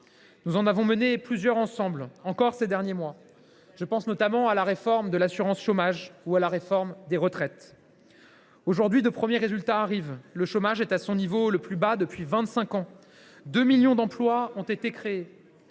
Nous en avons mené plusieurs, ensemble, encore ces derniers mois. Je pense notamment à la réforme de l’assurance chômage ou à la réforme des retraites. Aujourd’hui, de premiers résultats arrivent : le chômage est à son niveau le plus bas depuis vingt cinq ans et 2 millions d’emplois ont été créés.